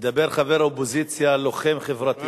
מדבר חבר אופוזיציה לוחם חברתי.